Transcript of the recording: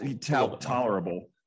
tolerable